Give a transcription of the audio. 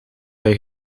hij